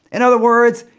in other words,